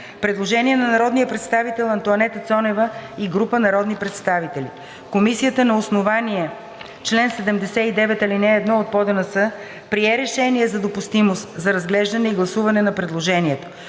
Предложение на народния представител Антоанета Цонева и група народни представители. Комисията на основание чл. 79, ал. 1 от ПОДНС прие решение за допустимост за разглеждане и гласуване на предложението.